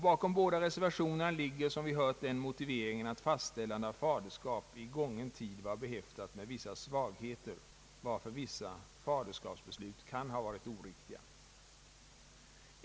Bakom båda reservationerna ligger, som vi hört, den motiveringen, att fastställandet av faderskap i gången tid varit behäftat med vissa svagheter, varför vissa faderskapsbeslut kan ha varit oriktiga.